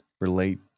relate